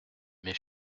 mes